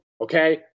okay